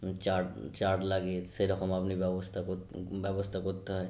চার চার লাগে সেরকম আপনি ব্যবস্থা করতে ব্যবস্থা করতে হয়